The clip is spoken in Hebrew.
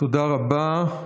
תודה רבה.